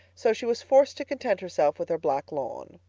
so she was forced to content herself with her black lawn.